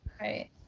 Right